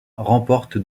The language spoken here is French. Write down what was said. remporte